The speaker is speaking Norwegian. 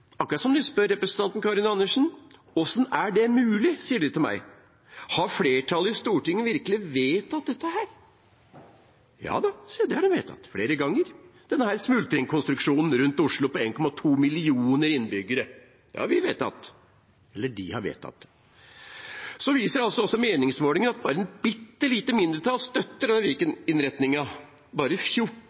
som de spør representanten Karin Andersen: Hvordan er det mulig? Det sier de til meg. Har flertallet i Stortinget virkelig vedtatt dette her? Ja da, det har de vedtatt flere ganger. Denne smultringkonstruksjonen rundt Oslo på 1,2 millioner innbyggere har vi vedtatt – eller de har vedtatt den. Så viser altså meningsmålingene at bare et bitte lite mindretall støtter Viken-innretningen. Bare 14 pst. støtter den i